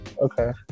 okay